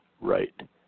right